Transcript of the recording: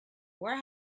where